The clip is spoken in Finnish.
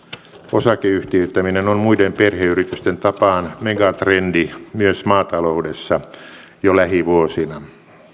osakeyhtiöittäminen on muiden perheyritysten tapaan megatrendi myös maataloudessa jo lähivuosina